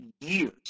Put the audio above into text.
years